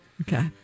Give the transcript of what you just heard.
Okay